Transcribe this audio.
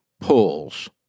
pulls